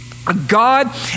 God